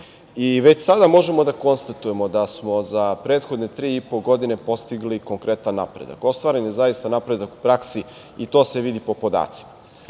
sada možemo da konstatujemo da smo za prethodne tri i po godine postigli konkretan napredak. Ostvaren je zaista napredak u praksi i to se vidi po podacima. Naime,